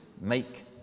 make